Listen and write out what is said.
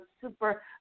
super